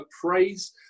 praise